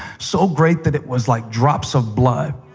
so great that it was like drops of blood.